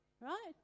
Right